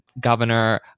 governor